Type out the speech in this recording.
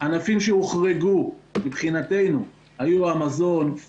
ענפים שהוחרגו מבחינתנו היו: מזון, פארמה,